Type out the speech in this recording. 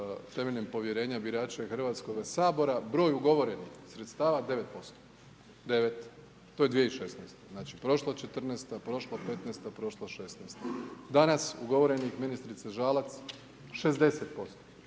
temeljem povjerenja birača i Hrvatskoga sabora broj ugovorenih sredstava 9%, 9 to je 2016. Znači prošla 14-ta, prošla 15-ta, prošla 16-ta, danas ugovorenih ministrice Žalac 60%.